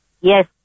Yes